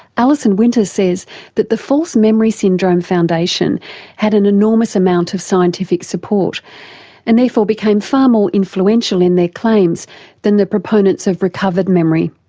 alison winter says that the false memory syndrome foundation had an enormous amount of scientific support and therefore became far more influential in their claims than the proponents of recovered memory.